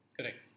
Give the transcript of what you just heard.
Correct